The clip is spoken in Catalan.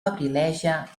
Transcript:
abrileja